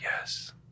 yes